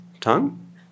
Tongue